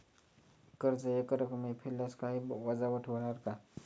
कर्ज एकरकमी फेडल्यास काही वजावट होणार का?